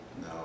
no